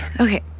okay